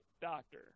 doctor